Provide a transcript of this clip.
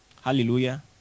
Hallelujah